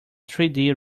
three